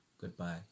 goodbye